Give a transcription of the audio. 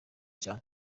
cyane